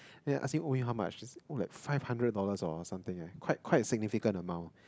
then I asked him owed you how much owed like five hundred dollars or something like quite quite a significant amount